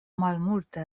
malmulte